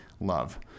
love